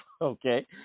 okay